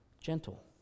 Gentle